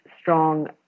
strong